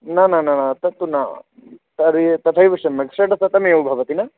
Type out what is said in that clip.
न न न न तत्तु न तर्हि तथैव सम्यक् षड्शतमेव भवति न